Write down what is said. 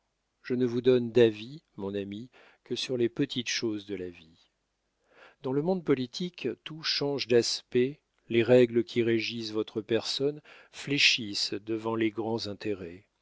je ne vous donne d'avis mon ami que sur les petites choses de la vie dans le monde politique tout change d'aspect les règles qui régissent votre personne fléchissent devant les grands intérêts